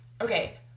okay